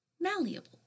malleable